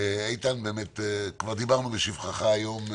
איתן, כבר דיברנו בשבחך היום,